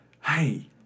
Hey